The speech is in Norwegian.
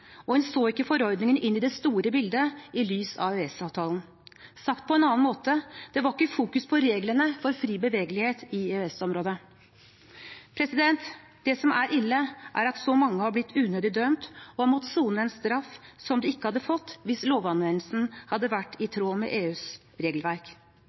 og så ikke forordningen inn i det store bildet, i lys av EØS-avtalen. Sagt på en annen måte: Det var ikke fokus på reglene for fri bevegelighet i EØS-området. Det som er ille, er at så mange har blitt unødig dømt og har måttet sone en straff som de ikke hadde fått hvis lovanvendelsen hadde vært i tråd med EUs regelverk.